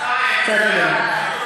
בסדר גמור.